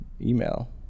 email